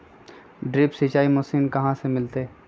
Drip सिंचाई machine कहाँ से मिलतै?